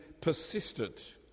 persistent